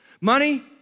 money